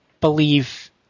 believe